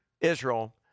Israel